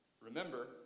Remember